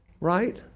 Right